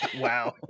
wow